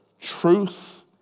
truth